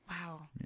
Wow